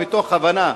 מתוך הבנה,